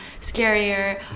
scarier